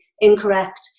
incorrect